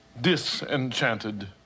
disenchanted